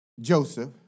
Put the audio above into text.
Joseph